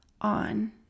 on